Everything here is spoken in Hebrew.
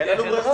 אין לנו ברירה.